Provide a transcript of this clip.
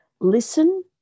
Listen